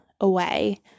away